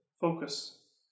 focus